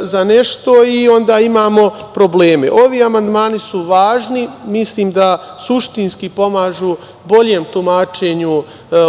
za nešto i onda imamo probleme. Ovi amandmani su važni. Mislim da suštinski pomažu boljem tumačenju